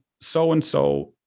so-and-so